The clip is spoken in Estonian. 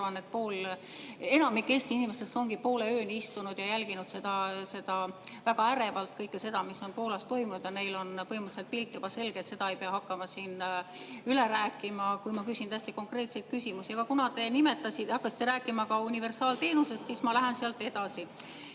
et enamik Eesti inimestest ongi poole ööni istunud ja jälginud väga ärevalt kõike seda, mis on Poolas toimunud. Neile on põhimõtteliselt pilt juba selge, seda ei pea hakkama üle rääkima, kui ma küsin tõesti konkreetseid küsimusi. Aga kuna te hakkasite rääkima ka universaalteenusest, siis ma lähen sealt edasi.